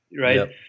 right